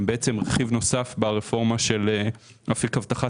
הם בעצם רכיב נוסף ברפורמה של אפיק הבטחת